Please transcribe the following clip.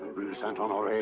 saint honore. ah,